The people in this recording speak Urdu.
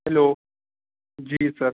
ہیلو جی سر